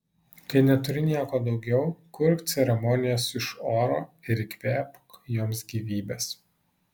kai neturi nieko daugiau kurk ceremonijas iš oro ir įkvėpk joms gyvybės